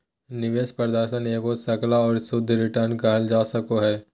निवेश प्रदर्शन के एगो सकल और शुद्ध रिटर्न कहल जा सको हय